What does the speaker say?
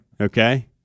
Okay